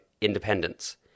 Independence